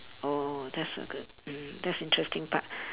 oh that's good mm that's interesting part